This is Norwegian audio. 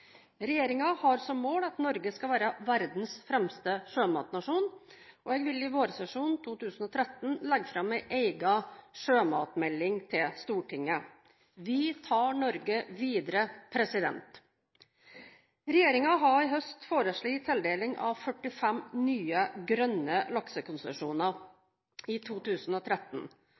har som mål at Norge skal være verdens fremste sjømatnasjon, og jeg vil i vårsesjonen 2013 legge fram en egen sjømatmelding til Stortinget. Vi tar Norge